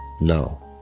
No